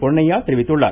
பொன்னையா தெரிவித்துள்ளார்